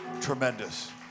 Tremendous